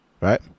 right